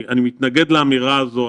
אני מתנגד לאמירה הזו,